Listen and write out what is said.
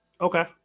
Okay